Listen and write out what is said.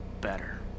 better